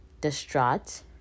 distraught